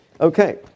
Okay